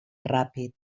ràpid